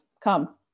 come